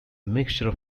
mixture